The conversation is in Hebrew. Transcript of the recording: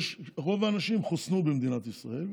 שרוב האנשים חוסנו במדינת ישראל,